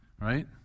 Right